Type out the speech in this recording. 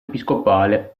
episcopale